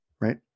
right